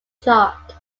chart